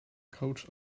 couch